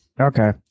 Okay